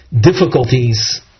difficulties